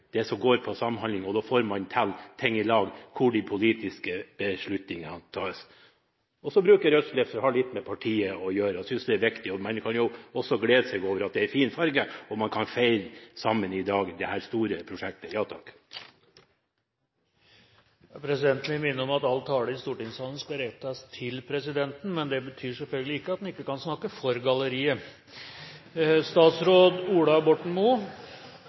går på samhandling, og da får man til ting i lag der de politiske beslutningene tas. Så bruker jeg rødt slips, og det har litt med partiet å gjøre. Jeg synes det er viktig. En kan også glede seg over at det er en fin farge, og at man kan feire sammen i dag dette store prosjektet. Presidenten vil minne om at all tale i stortingssalen skal rettes til presidenten, men det betyr selvfølgelig ikke at man ikke kan snakke for galleriet.